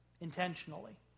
intentionally